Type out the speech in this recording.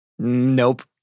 Nope